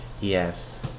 Yes